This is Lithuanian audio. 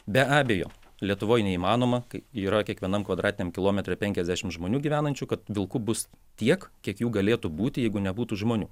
be abejo lietuvoj neįmanoma kai yra kiekvienam kvadratiniam kilometre penkiasdešimt žmonių gyvenančių kad vilkų bus tiek kiek jų galėtų būti jeigu nebūtų žmonių